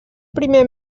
primer